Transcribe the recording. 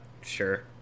sure